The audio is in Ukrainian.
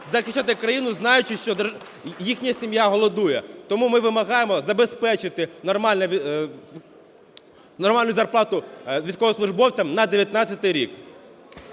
захищати країну, знаючи, що їхня сім'я голодує? Тому ми вимагаємо забезпечити нормальну зарплату військовослужбовцям на 19 рік.